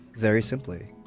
very simply,